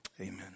Amen